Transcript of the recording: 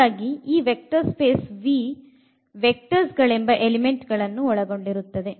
ಹಾಗಾಗಿ ಈ vector space V vectors ಗಳೆಂಬ ಎಲಿಮೆಂಟ್ ಗಳನ್ನು ಒಳಗೊಂಡಿರುತ್ತದೆ